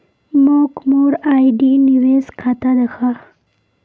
मोक मोर आर.डी निवेश खाता दखा